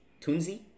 tunzi